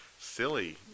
Silly